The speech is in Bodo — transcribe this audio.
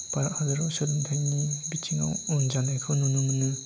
भारत हादराव सोलोंथाइनि बिथिङाव उन जानायखौ नुनो मोनो